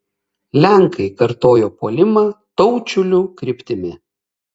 lenkai kartojo puolimą taučiulių kryptimi